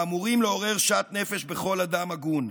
האמורים לעורר שאט נפש בכל אדם הגון.